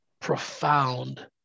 profound